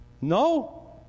No